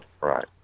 Right